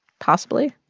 possibly?